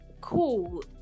cool